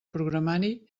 programari